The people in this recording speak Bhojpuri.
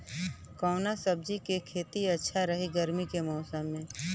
कवना सब्जी के खेती अच्छा रही गर्मी के मौसम में?